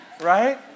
Right